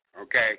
okay